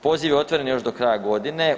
Poziv je otvoren još do kraja godine.